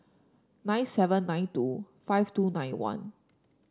nine seven nine two five two nine one